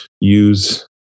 use